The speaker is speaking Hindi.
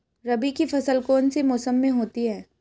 रबी की फसल कौन से मौसम में होती है?